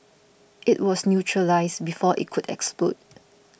it was neutralised before it could explode